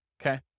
okay